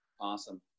Awesome